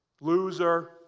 Loser